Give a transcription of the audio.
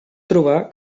trobar